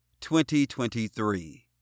2023